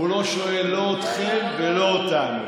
הוא לא שואל לא אתכם ולא אותנו.